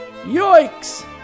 Yikes